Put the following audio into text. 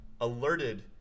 alerted